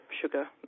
sugar